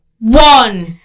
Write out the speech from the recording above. one